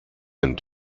einen